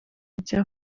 yagiye